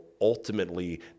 ultimately